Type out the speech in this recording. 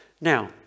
Now